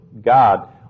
God